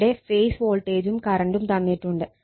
ഇവീടെ phase വോൾട്ടേജും കറണ്ടും തന്നിട്ടുണ്ട്